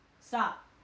stop